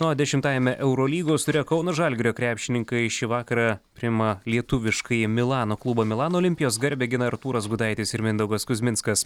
na o dešimtajame eurolygos ture kauno žalgirio krepšininkai šį vakarą priima lietuviškąjį milano klubą milano olimpijos garbę gina artūras gudaitis ir mindaugas kuzminskas